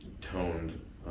toned